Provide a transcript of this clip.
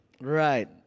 Right